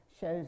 shows